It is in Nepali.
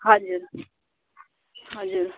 हजुर हजुर